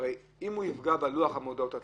אם הוא יפגע בלוח המודעות עצמו,